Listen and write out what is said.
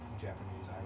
Japanese